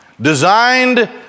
designed